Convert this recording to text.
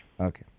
Okay